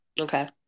Okay